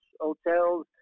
hotels